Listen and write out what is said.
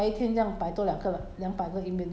就一直看 email 一直 reply email